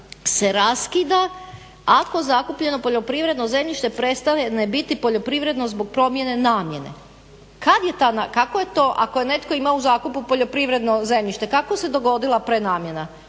se raskida ako zakupljeno poljoprivredno zemljište prestane biti poljoprivredno zbog promjene namjene. Kad je ta, kako je to, ako je netko imao u zakupu poljoprivredno zemljište. Kako se dogodila prenamjena?